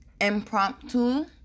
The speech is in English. impromptu